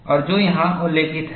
और जो यहाँ उल्लेखित है